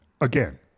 Again